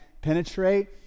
penetrate